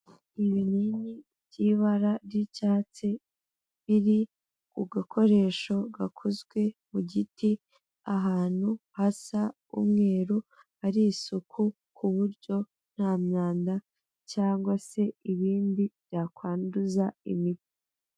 Ibinini by'ibara ry'icyatsi biri ku gakoresho gakozwe mu giti, ahantu hasa umweru hari isuku, ku buryo nta myanda cyangwa se ibindi byakwanduza imiti.